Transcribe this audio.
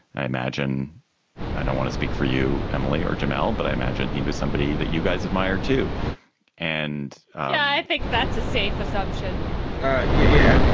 i imagine i don't want to speak for you, emily or jamal, but i imagine he was somebody that you guys admired, too and i think that's a safe assumption yeah.